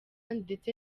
ndetse